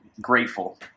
Grateful